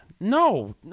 No